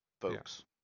folks